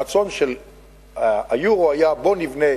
הרצון של גוש היורו היה לבנות